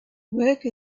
work